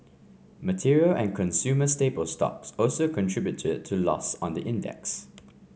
material and consumer staple stocks also contributed to loss on the index